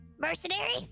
Mercenaries